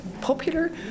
popular